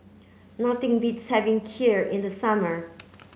nothing beats having Kheer in the summer